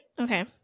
Okay